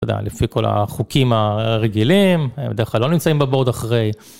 אתה יודע, לפי כל החוקים הרגילים, הם בדרך כלל לא נמצאים בבורד אחרי.